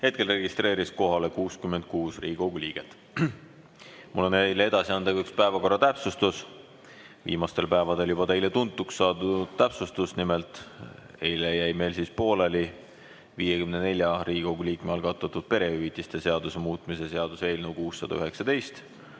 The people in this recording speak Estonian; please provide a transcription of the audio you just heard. Hetkel registreerus kohalolijaks 66 Riigikogu liiget. Mul on teile edasi anda ka üks päevakorra täpsustus, viimastel päevadel teile juba tuntuks saanud täpsustus. Nimelt, eile jäi meil pooleli 54 Riigikogu liikme algatatud perehüvitiste seaduse muutmise seaduse eelnõu 619